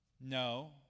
No